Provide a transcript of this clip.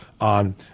on